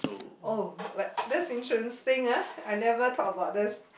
oh like that's interesting ah I never thought about this